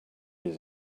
his